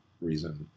reason